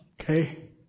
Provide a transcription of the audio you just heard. okay